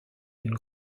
une